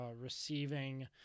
receiving